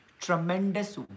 Tremendous